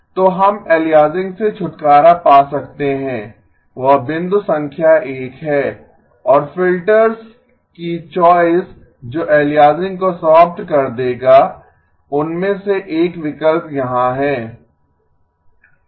तो हम एलियासिंग से छुटकारा पा सकते हैं वह बिंदु संख्या 1 है और फिल्टर्स की चॉइस जो एलियासिंग को समाप्त कर देगा उनमें से एक विकल्प यहाँ है